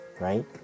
right